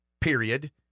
period